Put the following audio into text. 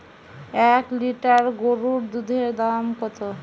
এক লিটার গোরুর দুধের দাম কত?